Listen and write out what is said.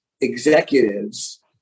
executives